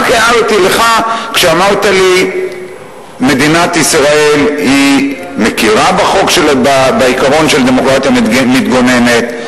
רק הערתי לך כשאמרת לי: מדינת ישראל מכירה בעיקרון של דמוקרטיה מתגוננת,